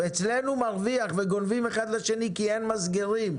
מרוויח וגונבים אחד לשני כי אין מסגרים,